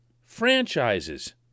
franchises